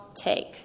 take